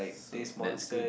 so that's good